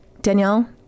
Danielle